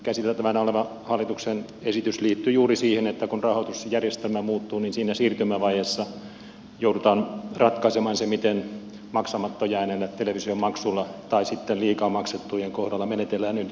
käsiteltävänä oleva hallituksen esitys liittyy juuri siihen että kun rahoitusjärjestelmä muuttuu niin siinä siirtymävaiheessa joudutaan ratkaisemaan se miten maksamatta jääneiden televisiomaksujen tai sitten liikaa maksettujen kohdalla menetellään nyt